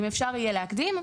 אם אפשר יהיה להקדים,